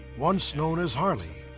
once known as harley,